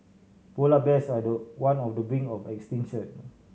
polar bears are the one of the brink of extinction